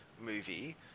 movie